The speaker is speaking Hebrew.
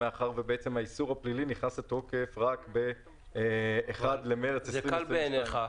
מאחר שהאיסור הפלילי נכנס לתוקף רק ב-1 במרץ 2022. זה קל בעיניך?